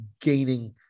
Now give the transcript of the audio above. gaining